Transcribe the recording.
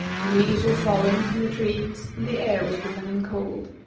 the leaves were falling from the trees, and the air was becoming cold.